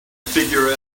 figure